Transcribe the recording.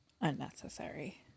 Unnecessary